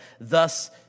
thus